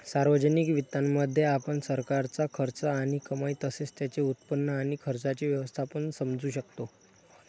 सार्वजनिक वित्तामध्ये, आपण सरकारचा खर्च आणि कमाई तसेच त्याचे उत्पन्न आणि खर्चाचे व्यवस्थापन समजू शकतो